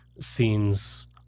scenes